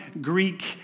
Greek